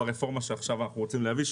ברפורמה שעכשיו אנחנו רוצים להגיש,